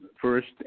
first